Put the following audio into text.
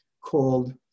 called